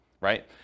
right